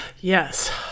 Yes